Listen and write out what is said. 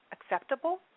acceptable